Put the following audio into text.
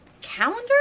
calendar